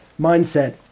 mindset